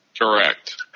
Correct